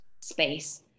space